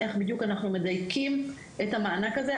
איך אנחנו מדייקים את המענק הזה,